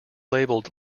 labeled